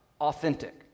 authentic